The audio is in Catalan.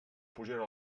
pujarà